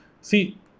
see